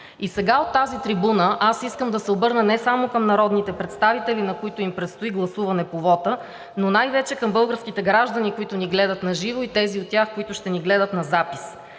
И сега от тази трибуна аз искам да се обърна не само към народните представители, на които им предстои гласуване по вота, но най-вече към българските граждани, които ни гледат на живо, и тези от тях, които ще ни гледат на запис,